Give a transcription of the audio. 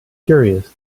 curious